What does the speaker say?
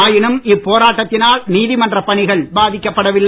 ஆயினும் இப்போராட்டத்தினால் நீதிமன்றப் பணிகள் பாதிக்கப்படவில்லை